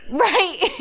Right